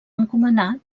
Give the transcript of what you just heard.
encomanar